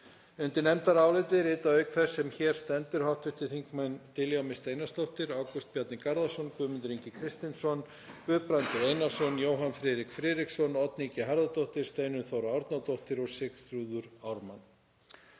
Undir nefndarálitið rita, auk þess sem hér stendur, hv. þingmenn Diljá Mist Einarsdóttir, Ágúst Bjarni Garðarsson, Guðmundur Ingi Kristinsson, Guðbrandur Einarsson, Jóhann Friðrik Friðriksson, Oddný G. Harðardóttir, Steinunn Þóra Árnadóttir og Sigþrúður Ármann.